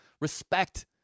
respect